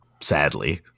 sadly